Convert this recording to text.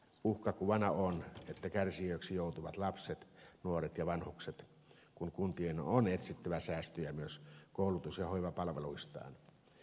uhkakuvana on että kärsijöiksi joutuvat lapset nuoret ja vanhukset kun kuntien on etsittävä säästöjä myös koulutus ja hoivapalveluistaan